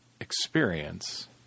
experience